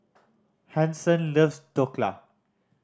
Hanson loves Dhokla